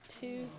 Two